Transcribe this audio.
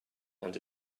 and